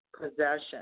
possession